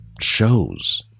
shows